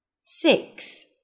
Six